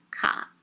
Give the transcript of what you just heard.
cock